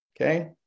okay